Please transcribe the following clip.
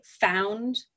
found